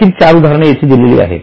आणखी चार उदाहरणे येथे दिलेली आहेत